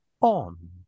on